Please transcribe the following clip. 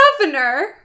governor